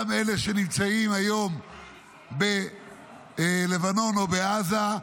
גם אלה שנמצאים היום בלבנון או בעזה,